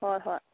ꯍꯣꯏ ꯍꯣꯏ